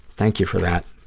thank you for that.